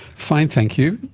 find thank you.